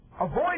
Avoid